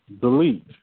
delete